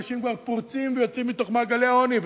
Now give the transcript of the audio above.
אנשים כבר פורצים ויוצאים מתוך מעגלי העוני,